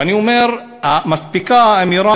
ואני אומר, מספיקה האמירה